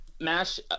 Mash